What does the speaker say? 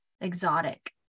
exotic